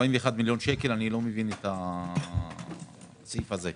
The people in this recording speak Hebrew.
41 מיליון שקל - לא מבין את הסעיף הזה.